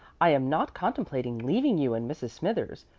i am not contemplating leaving you and mrs. smithers,